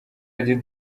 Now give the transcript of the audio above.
ati